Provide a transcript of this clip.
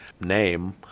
name